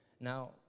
Now